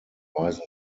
weisen